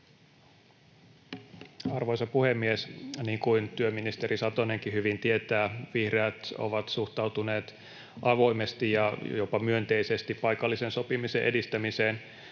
Arvoisa puhemies! Niin kuin työministeri Satonenkin hyvin tietää, vihreät ovat suhtautuneet avoimesti ja jopa myönteisesti paikallisen sopimisen edistämiseen.